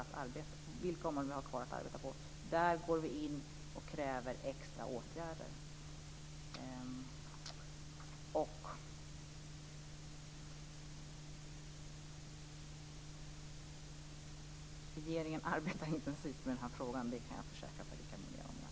Men vi vet vilka områden vi har kvar arbeta på. Där går vi in och kräver extra åtgärder. Regeringen arbetar intensivt med den här frågan. Det kan jag i alla fall försäkra Per-Richard